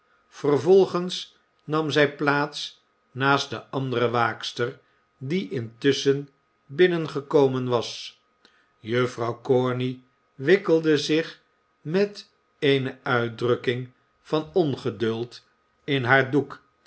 vervolgens nam zij plaats naast de andere waakster die intusschen binnengekomen was juffrouw corney wikkelde zich met eene uitdrukking van ongeduld in haar